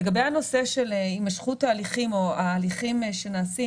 לגבי הנושא של הימשכות ההליכים או ההליכים שנעשים